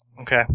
okay